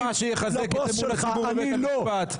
זה מה שיחזק את המון הציבור בבית המשפט.